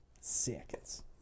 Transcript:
seconds